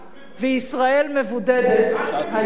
וישראל מבודדת היום.